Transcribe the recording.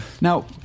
Now